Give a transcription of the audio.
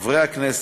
חברי הכנסת,